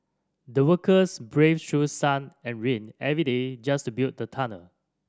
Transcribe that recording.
the workers braved through sun and rain every day just to build the tunnel